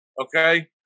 Okay